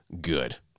good